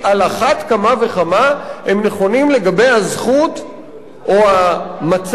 על אחת כמה וכמה הם נכונים לגבי הזכות או המצב